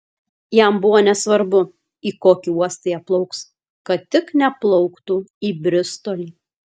jam buvo nesvarbu į kokį uostą jie plauks kad tik neplauktų į bristolį